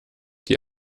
die